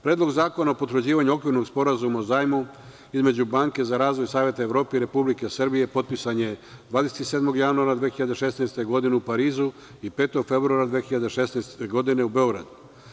Predlog zakona o potvrđivanju okvirnog sporazuma o zajmu između Banke za razvoj Saveta Evrope i Republike Srbije potpisan je 27. januara 2016. godine u Parizu i 5. februara 2016. godine u Beogradu.